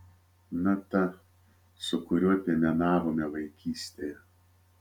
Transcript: na tą su kuriuo piemenavome vaikystėje